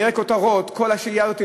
אני רואה כותרות: כל השהייה הזאת,